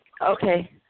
okay